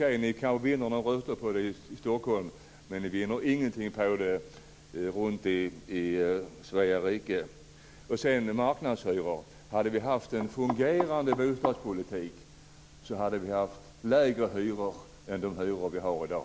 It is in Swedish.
Okej - ni kanske vinner några röster på det i Stockholm, men ni vinner ingenting på det runtom i Vad gäller marknadshyror vill jag säga följande: Om vi hade haft en fungerande bostadspolitik hade vi haft hyror som var lägre än de hyror vi har i dag.